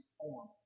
form